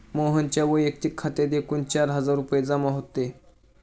मोहनच्या वैयक्तिक खात्यात एकूण चार हजार रुपये जमा होते